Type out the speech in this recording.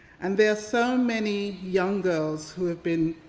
and there are so many young girls who have been